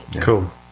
Cool